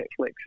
Netflix